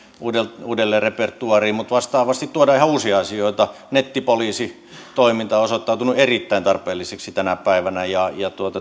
uudelleen repertuaariin mutta vastaavasti tuodaan ihan uusia asioita nettipoliisitoiminta on osoittautunut erittäin tarpeelliseksi tänä päivänä ja